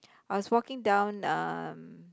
I was walking down um